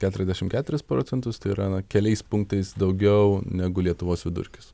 keturiasdešim keturis procentus tai yra na keliais punktais daugiau negu lietuvos vidurkis